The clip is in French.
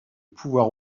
pouvoir